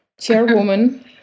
chairwoman